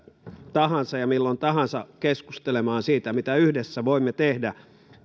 tahansa ja milloin tahansa keskustelemaan siitä mitä yhdessä voimme tehdä